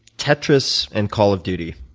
tetris and call of duty.